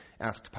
asked